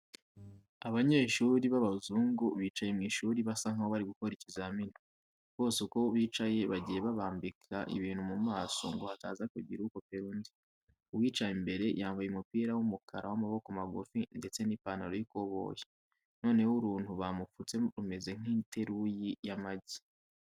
Abanyeshuri b'abazungu bicaye mu ishuri basa nkaho bari gukora ikizamini, bose uko bicaye bagiye babambika ibintu mu maso ngo hataza kugira ukopera undi. Uwicaye imbere yambaye umupira w'umukara w'amaboko magufi ndetse n'ipantaro y'ikoboyi, noneho uruntu bamupfutse rumeze nk'iteruyi y'amagi.